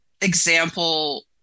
example